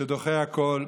שדוחה הכול.